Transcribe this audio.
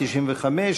95,